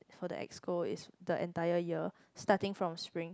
so the Exco is the entire year starting from spring